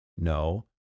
No